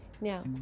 Now